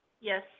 Yes